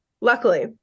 Luckily